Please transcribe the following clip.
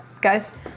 Guys